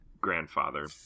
grandfather